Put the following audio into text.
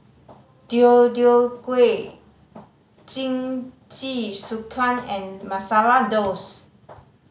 Deodeok Gui Jingisukan and Masala